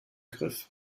griff